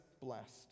blessed